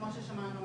כמו ששמענו,